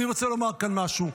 אני רוצה לומר כאן משהו.